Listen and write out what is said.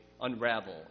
unravel